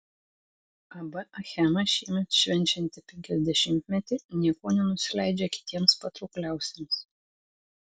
ab achema šiemet švenčianti penkiasdešimtmetį niekuo nenusileidžia kitiems patraukliausiems